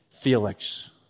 Felix